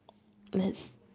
blends